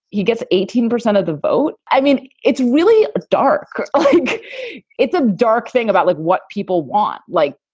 he gets eighteen percent of the vote. i mean, it's really dark. like it's a dark thing about like what people want. like,